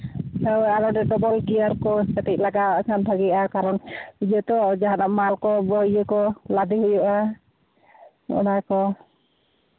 ᱦᱮᱸ ᱟᱨ ᱚᱱᱮ ᱰᱚᱵᱚᱞ ᱜᱤᱭᱟᱨ ᱠᱚ ᱠᱟᱹᱴᱤᱡ ᱞᱟᱜᱟᱣᱟᱜ ᱠᱷᱟᱱ ᱵᱷᱟᱹᱜᱤᱜᱼᱟ ᱠᱟᱨᱚᱱ ᱤᱭᱟᱹ ᱛᱚ ᱡᱟᱦᱟᱱᱟᱜ ᱢᱟᱞ ᱠᱚ ᱤᱭᱟᱹ ᱠᱚ ᱞᱟᱫᱮ ᱦᱩᱭᱩᱜᱼᱟ ᱚᱱᱟ ᱠᱚ